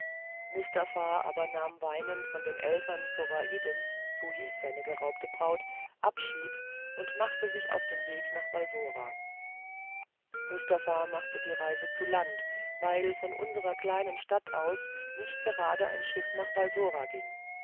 mustafa aber nahm weinend von den eltern zoraidens so hieß seine geraubte braut abschied und machte sich auf den weg nach balsora mustafa machte die reise zu land weil von unserer kleinen stadt aus nicht gerade ein schiff nach balsora ging